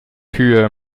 kühe